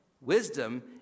Wisdom